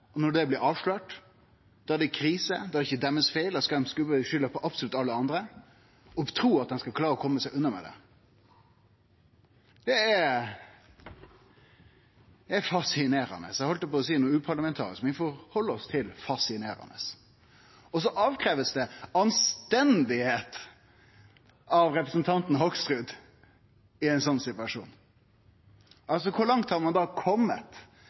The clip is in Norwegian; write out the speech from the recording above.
og når det blir avslørt, er det krise, da er det ikkje deira feil. Da skal ein leggje skulda på absolutt alle andre og tru at ein skal klare å kome seg unna med det. Det er fascinerande – eg heldt på å seie noko uparlamentarisk, men vi får halde oss til «fascinerande». Og så krev representanten Hoksrud anstendigheit – i ein slik situasjon. Kor langt har ein da kome